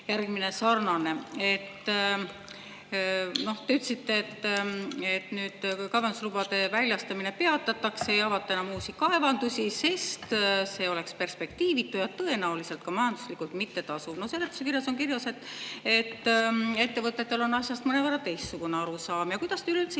järgmine sarnane. Te ütlesite, et kaevandamislubade väljastamine peatatakse ja ei avata enam uusi kaevandusi, sest see oleks perspektiivitu ja tõenäoliselt ka majanduslikult mittetasuv. No seletuskirjas on kirjas, et ettevõtetel on asjast mõnevõrra teistsugune arusaam. Kuidas te üldse